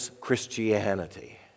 Christianity